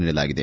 ನೀಡಲಾಗಿದೆ